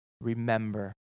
Remember